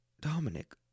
Dominic